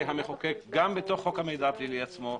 המחוקק גם בתוך חוק המידע הפלילי עצמו,